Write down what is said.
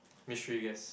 mystery guest